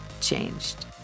changed